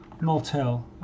Motel